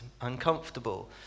uncomfortable